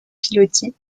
pilotis